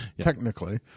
technically